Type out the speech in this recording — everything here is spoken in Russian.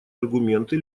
аргументы